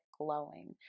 glowing